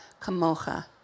Kamocha